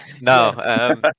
No